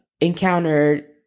encountered